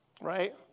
right